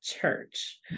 church